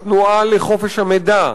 התנועה לחופש המידע,